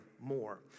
more